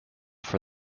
for